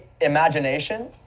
imagination